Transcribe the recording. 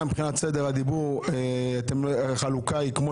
גם מבחינת סדר הדיבור החלוקה היא כפי